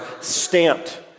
stamped